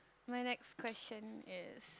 my next question is